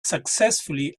successfully